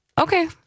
Okay